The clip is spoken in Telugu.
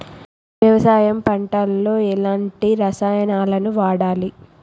వ్యవసాయం పంట లో ఎలాంటి రసాయనాలను వాడాలి?